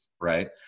Right